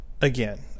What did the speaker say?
Again